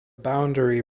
boundary